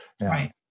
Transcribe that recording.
Right